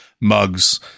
mugs